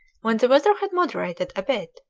when the weather had moderated a bit,